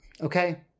Okay